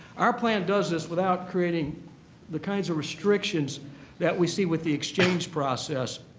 our plan does this without creating the kinds of restrictions that we see with the exchange process.